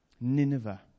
Nineveh